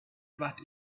that